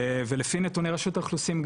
ולפי נתוני רשות האוכלוסין,